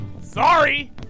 Sorry